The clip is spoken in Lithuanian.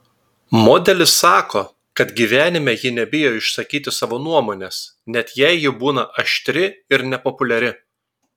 modelis sako kad gyvenime ji nebijo išsakyti savo nuomonės net jei ji būna aštri ir nepopuliari